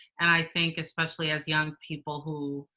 and i think especially as young people who,